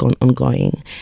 ongoing